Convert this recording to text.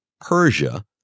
Persia